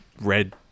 Red